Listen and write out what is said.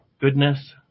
goodness